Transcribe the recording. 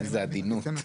איזו עדינות.